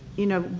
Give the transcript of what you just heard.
you know,